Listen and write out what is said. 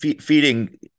feeding